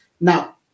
now